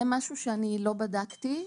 זה משהו שאני לא בדקתי.